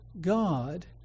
God